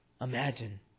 Imagine